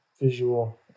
visual